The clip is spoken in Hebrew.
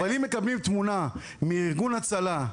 אבל אם מקבלים תמונה מארגון הצלה,